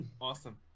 Awesome